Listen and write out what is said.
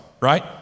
right